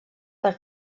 per